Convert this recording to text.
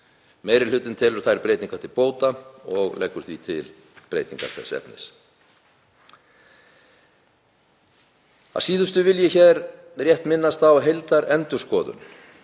Meiri hlutinn telur þær breytingar til bóta og leggur til breytingar þess efnis. Að síðustu vil ég rétt minnast á heildarendurskoðun.